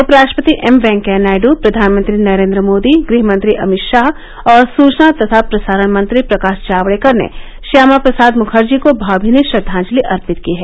उपराष्ट्रपति एम वेंकैया नायड प्रधानमंत्री नरेन्द्र मोदी गृहमंत्री अमित शाह और सुचना तथा प्रसारण मंत्री प्रकाश जावडेकर ने श्यामा प्रसाद मुखर्जी को भावनीनी श्रद्वांजलि अर्पित की है